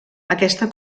aquesta